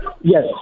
Yes